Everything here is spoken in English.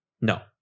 no